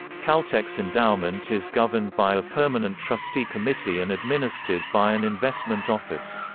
caltech's endowment is governed by a permanent trustee committee and administered by an investment office.